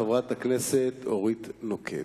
חברת הכנסת אורית נוקד.